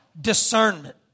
discernment